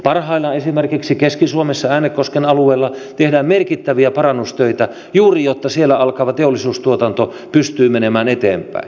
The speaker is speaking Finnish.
parhaillaan esimerkiksi keski suomessa äänekosken alueella tehdään merkittäviä parannustöitä juuri jotta siellä alkava teollisuustuotanto pystyy menemään eteenpäin